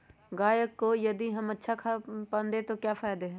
गाय को यदि हम अच्छा खानपान दें तो क्या फायदे हैं?